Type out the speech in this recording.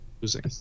losing